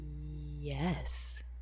Yes